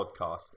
podcast